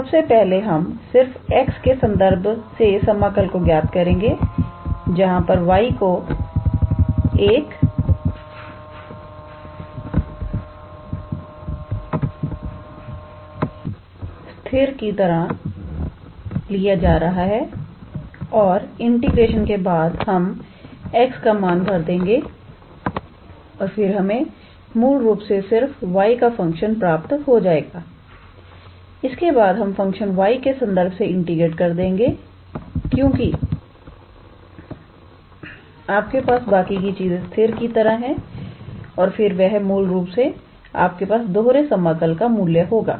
तो सबसे पहले हम सिर्फ x के संदर्भ से समाकल को ज्ञात करेंगे जहां पर y को एक स्थिर की तरह लिया जा रहा है और इंटीग्रेशन के बाद हम x का मान भर देंगे और फिर हमें मूल रूप से सिर्फ y का फंक्शन प्राप्त हो जाएगा और इसके बाद हम फंक्शन y के संदर्भ से इंटीग्रेट कर देंगे क्योंकि आपके पास बाकी की चीजें स्थिर की तरह है और फिर वह मूल रूप से आपके पास दोहरे समाकल का मूल्य होगा